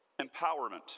empowerment